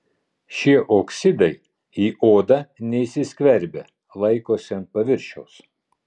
šie oksidai į odą neįsiskverbia laikosi ant paviršiaus